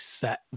set